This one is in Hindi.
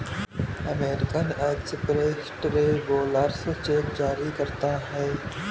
अमेरिकन एक्सप्रेस ट्रेवेलर्स चेक जारी करता है